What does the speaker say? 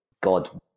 God